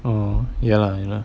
oh ya lah you know